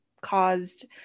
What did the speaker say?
caused